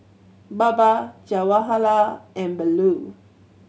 Baba Jawaharlal and Bellur